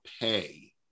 pay